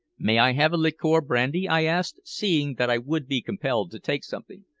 may i have a liqueur brandy? i asked, seeing that i would be compelled to take something.